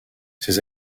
ses